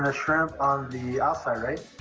and shrimp on the outside,